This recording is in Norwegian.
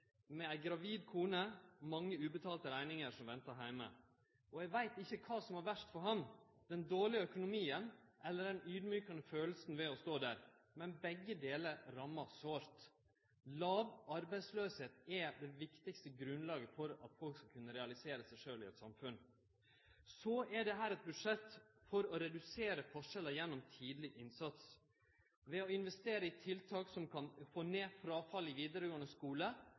med ei gravid kone og med mange ubetalte rekningar som venta heime. Og eg veit ikkje kva som var verst for han – den dårlege økonomien eller den audmjukande følelsen ved å stå der. Men begge delar rammar sårt. Låg arbeidsløyse er det viktigaste grunnlaget for at folk skal kunne realisere seg sjølv i eit samfunn. Så er dette eit budsjett for å redusere forskjellar gjennom tidleg innsats: Ved å investere i tiltak som kan få ned fråfallet i vidaregåande